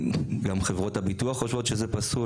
גם חברות הביטוח חושבות שזה פסול,